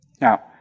Now